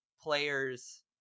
player's